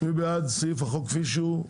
מי בעד סעיף החוק כפי שהוא?